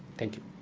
thank you.